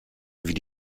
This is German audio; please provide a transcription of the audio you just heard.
wie